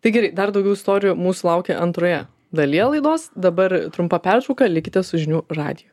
tai gerai dar daugiau istorijų mūsų laukia antroje dalyje laidos dabar trumpa pertrauka likite su žinių radiju